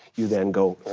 you then go